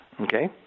Okay